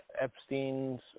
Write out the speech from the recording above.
Epstein's